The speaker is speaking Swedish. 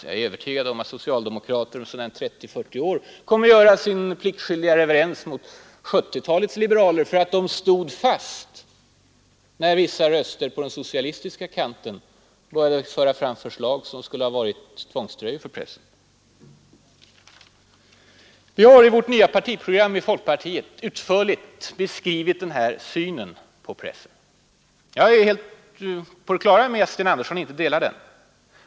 Jag är övertygad om att socialdemokrater om en 30-40 år kommer att göra sin pliktskyldiga reverens för 1970-talets liberaler för att de stod fast när en del röster på den socialdemokratiska kanten började föra fram förslag som skulle ha inneburit tvångströjor för pressen. Vi har i folkpartiets nya partiprogram utförligt beskrivit den här synen på pressen; jag är helt på det klara med att Sten Andersson inte delar den.